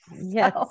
yes